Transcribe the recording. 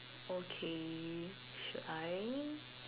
okay should I